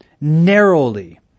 Narrowly